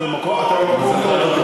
אתה במקום לא טוב,